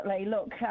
Look